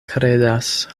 kredas